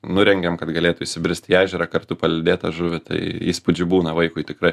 nurengiam kad galėtų jis įbrist į ežerą kartu palydėt tą žuvį tai įspūdžių būna vaikui tikrai